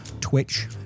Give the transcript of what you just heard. Twitch